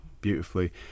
beautifully